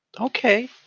Okay